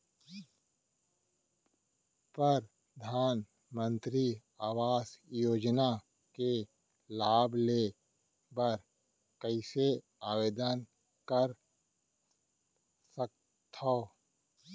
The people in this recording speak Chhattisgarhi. परधानमंतरी आवास योजना के लाभ ले बर कइसे आवेदन कर सकथव?